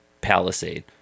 Palisade